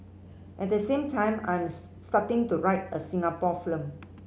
at the same time I'm starting to write a Singapore film